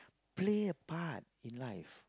play a part in life